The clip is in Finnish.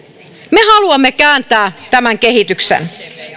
me haluamme kääntää tämän kehityksen